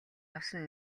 авсан